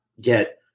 get